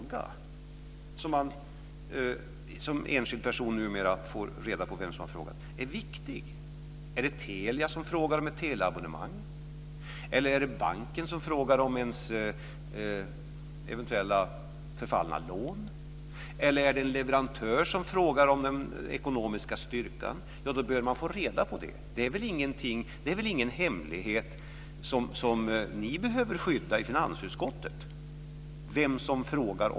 Som enskild person får man numera reda på vem som har frågat. Det är viktigt. Är det Telia som frågar om ett teleabonnemang? Är det banken som frågar om ens eventuellt förfallna lån? Är det en leverantör som frågar om den ekonomiska styrkan? Man bör få reda på det. Vem som frågar om vad är väl ingen hemlighet som finansutskottet behöver skydda.